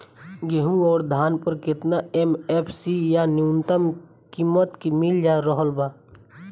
गेहूं अउर धान पर केतना एम.एफ.सी या न्यूनतम कीमत मिल रहल बा?